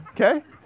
Okay